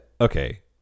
okay